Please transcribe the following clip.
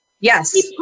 Yes